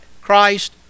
Christ